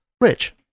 rich